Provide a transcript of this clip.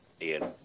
Ian